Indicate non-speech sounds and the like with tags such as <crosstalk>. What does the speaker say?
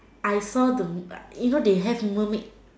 I saw the <noise> you know they have mermaid